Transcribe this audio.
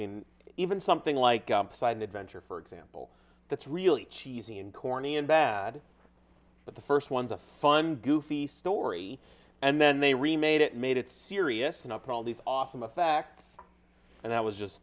mean even something like upside adventure for example that's really cheesy and corny and bad but the first ones are fun goofy story and then they remade it made it serious enough for all these awesome of facts and that was just